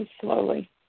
slowly